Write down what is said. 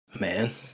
Man